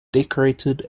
decorated